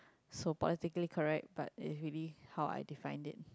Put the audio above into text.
so politically correct but it's really how I define it